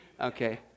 Okay